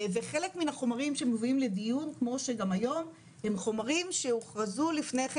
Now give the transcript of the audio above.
וחלק מן החומרים שמובאים לדיון כמו שגם היום הם חומרים שהוכרזו לפני כן